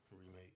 remake